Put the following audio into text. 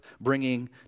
bringing